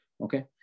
Okay